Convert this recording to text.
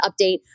update